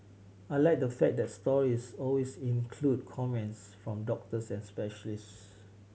I like the fact that the stories always include comments from doctors and specialists